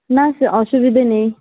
না সে অসুবিধে নেই